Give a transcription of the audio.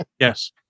Yes